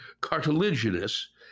cartilaginous